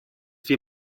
wir